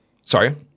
sorry